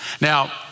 Now